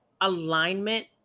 alignment